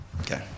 Okay